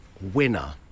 winner